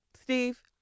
Steve